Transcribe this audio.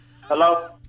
Hello